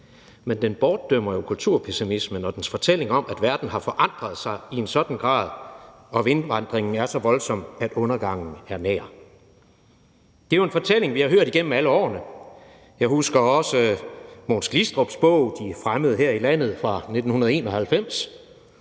men den bortdømmer jo kulturpessimismen og dens fortælling om, at verden har forandret sig i en sådan grad, og at indvandringen er så voldsom, at undergangen er nær. Det er jo en fortælling, vi har hørt igennem alle årene. Jeg husker også Mogens Glistrups bog »De fremmede i landet« fra 1991.